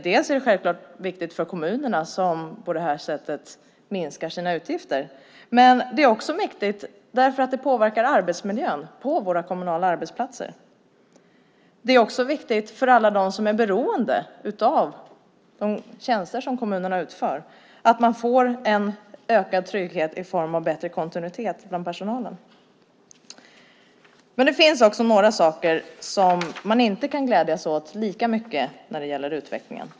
Dels är det självklart viktigt för kommunerna, som därmed minskar sina utgifter, dels är det viktigt för att det påverkar arbetsmiljön på våra kommunala arbetsplatser. Det är också viktigt för alla dem som är beroende av de tjänster som kommunerna utför, att de får en ökad trygghet i form av bättre kontinuitet bland personalen. Det finns emellertid några saker som man inte kan glädjas åt lika mycket när det gäller utvecklingen.